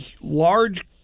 large